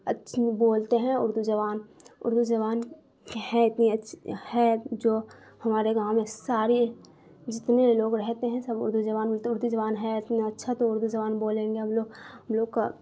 بولتے ہیں اردو زبان اردو زبان ہے اتنی اچھی ہے جو ہمارے گاؤں میں ساری جتنے لوگ رہتے ہیں سب اردو زبان بولتے ہیں اردو زبان ہے اتنا اچھا تو اردو زبان بولیں گے ہم لوگ ہم لوگ کا